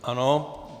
Ano.